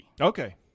Okay